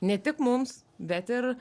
ne tik mums bet ir